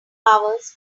hours